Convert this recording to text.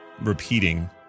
Repeating